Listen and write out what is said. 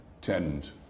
tend